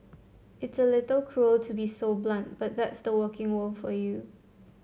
it's a little cruel to be so blunt but that's the working world for you